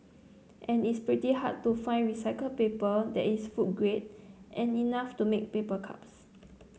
and it's pretty hard to find recycled paper that is food grade and enough to make paper cups